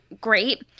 great